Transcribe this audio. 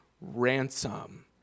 ransom